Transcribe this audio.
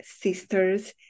Sisters